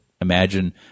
imagine